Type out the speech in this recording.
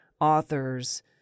authors